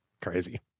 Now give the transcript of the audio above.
Crazy